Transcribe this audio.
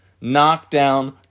knockdown